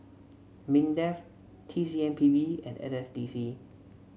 Mindef T C M P B and S S D C